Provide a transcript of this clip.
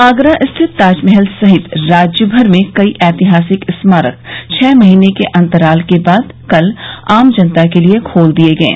आगरा स्थित ताजमहल सहित राज्य भर में कई ऐतिहासिक स्मारक छह महीने के अंतराल के बाद कल आम जनता के लिए खोल दिये गये